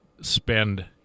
spend